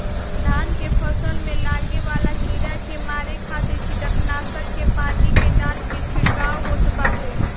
धान के फसल में लागे वाला कीड़ा के मारे खातिर कीटनाशक के पानी में डाल के छिड़काव होत बाटे